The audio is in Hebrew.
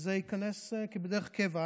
וזה ייכנס כבדרך קבע.